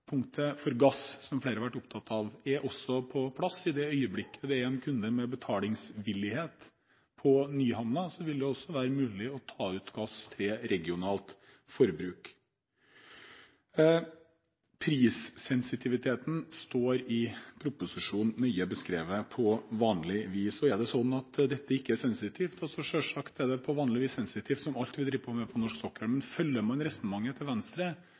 øyeblikket det er en kunde med betalingsvillighet på Nyhamna, vil det også være mulig å ta ut gass til regionalt forbruk. Prissensitiviteten står nøye beskrevet i proposisjonen, på vanlig vis. Er det sånn at dette ikke er sensitivt? På vanlig vis er det selvsagt sensitivt, som alt vi driver med på norsk sokkel. Men følger man resonnementet til Venstre,